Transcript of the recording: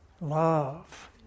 love